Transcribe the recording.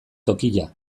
tokia